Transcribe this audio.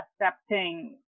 accepting